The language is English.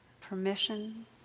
permission